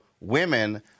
women